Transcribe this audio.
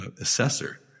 assessor